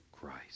Christ